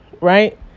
right